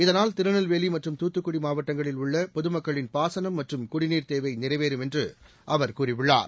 இதனால் திருநெல்வேலி மற்றும் தூத்துக்குடி மாவட்டங்களில் உள்ள பொதுமக்களின் பாசனம் மற்றும் குடிநீர் தேவை நிறைவேறும் என்று அவர் கூறியுள்ளார்